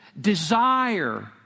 desire